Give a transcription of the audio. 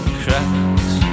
cracks